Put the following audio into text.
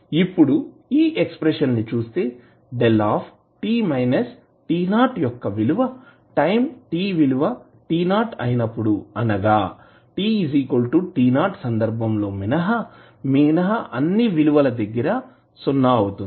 ఇప్పుడు ఈ ఎక్స్ప్రెషన్ ని చుస్తే 𝞭 యొక్క విలువ టైం t విలువ t 0 అయినప్పుడు అనగా t t 0 సందర్భం లో మినహా అన్ని విలువల దగ్గర సున్నా అవుతుంది